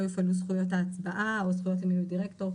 יופעלו זכויות ההצבעה או זכויות למינוי דירקטור.